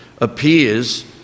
appears